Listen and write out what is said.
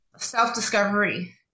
self-discovery